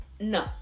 no